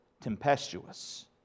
tempestuous